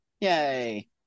Yay